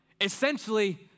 essentially